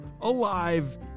alive